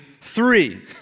three